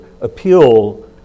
appeal